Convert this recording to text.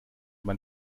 man